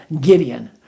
Gideon